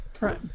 right